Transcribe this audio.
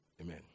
Amen